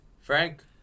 Frank